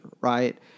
Right